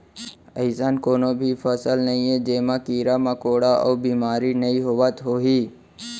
अइसन कोनों भी फसल नइये जेमा कीरा मकोड़ा अउ बेमारी नइ होवत होही